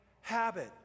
habit